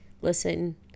listen